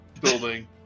building